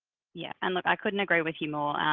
yeah. and look i couldn't agree with you more,